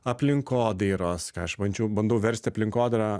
aplinkodairos ką aš bandžiau bandau versti aplinkodairą